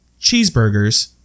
cheeseburgers